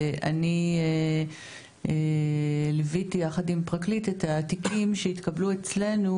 אני ליוויתי יחד עם פרקליט את התיקים שהתקבלו אצלנו